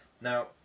Now